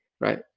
right